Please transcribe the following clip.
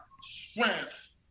strength